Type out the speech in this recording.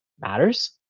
matters